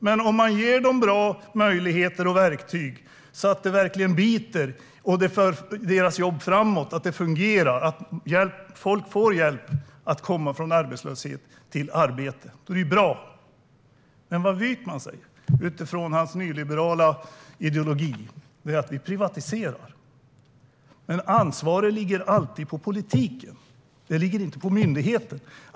Men om man ger myndigheten möjligheter och verktyg så att det verkligen biter och för deras jobb framåt så att det fungerar och folk får hjälp att komma från arbetslöshet till arbete är det bra. Vad Wykman säger utifrån hans nyliberala ideologi är att vi ska privatisera. Men ansvaret ligger alltid på politiken. Det ligger inte på myndigheten.